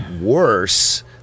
worse